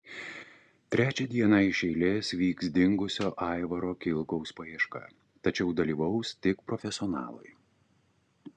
trečią dieną iš eilės vyks dingusio aivaro kilkaus paieška tačiau dalyvaus tik profesionalai